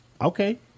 okay